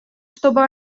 чтобы